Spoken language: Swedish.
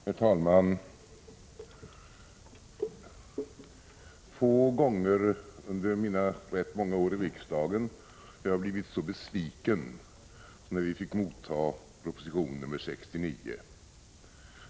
Herr talman! Få gånger under mina rätt många år i riksdagen har jag blivit så besviken som när vi fick motta proposition nr 69.